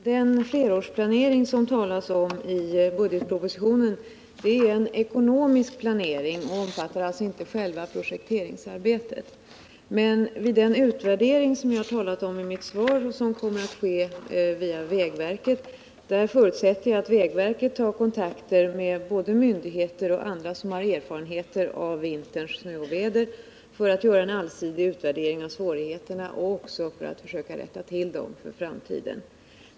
Herr talman! Den flerårsplanering som det talas om i budgetpropositionen är en ekonomisk planering och omfattar alltså inte själva projekteringsarbetet. Vid den utvärdering som jag har talat om i mitt svar och som kommer att ske via vägverket förutsätter jag att vägverket tar kontakt med myndigheter och andra instanser, som har erfarenhet av vinterns snöoväder, för att göra en allsidig utvärdering av svårigheterna och även försöka minska dem för framtiden.